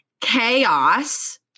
chaos